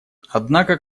однако